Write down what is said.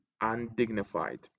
undignified